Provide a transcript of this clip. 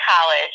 college